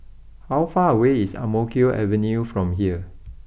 how far away is Ang Mo Kio Avenue from here